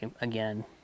again